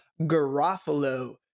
Garofalo